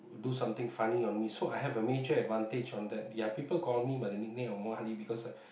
do something funny on me so I have a major advantage on that ya people call me by the nickname of Muhammad Ali because